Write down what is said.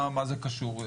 מה זה קשור,